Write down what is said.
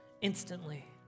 instantly